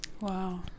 wow